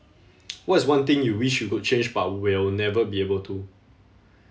what is one thing you wish you could change but will never be able to